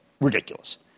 ridiculous